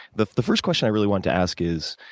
the the first question i really want to ask is